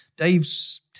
Dave's